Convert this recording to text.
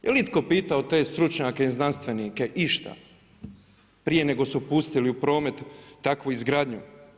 Jel itko pitao te stručnjake i znanstvenike išta prije nego su pustili u promet takvu izgradnju?